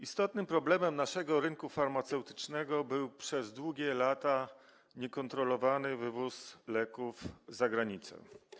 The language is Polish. Istotnym problemem naszego rynku farmaceutycznego był przez długie lata niekontrolowany wywóz leków za granicę.